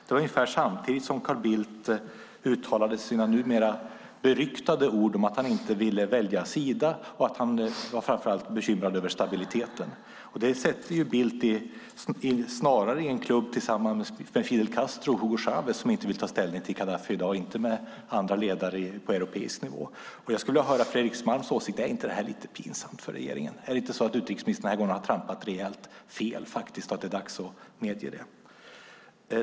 Det var ungefär samtidigt som Carl Bildt uttalade sina numera beryktade ord om att han inte ville välja sida och att han framför allt var bekymrad över stabiliteten. Det sätter Bildt i en klubb tillsammans med Fidel Castro och Hugo Chávez, som inte vill ta ställning till Khadaffi i dag, snarare än med andra ledare på europeisk nivå. Jag skulle vilja höra Fredrik Malms åsikt: Är inte detta lite pinsamt för regeringen? Är det inte så att utrikesministern den här gången faktiskt har trampat rejält fel och att det är dags att medge det?